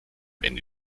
ende